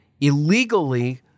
illegally